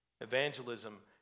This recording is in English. Evangelism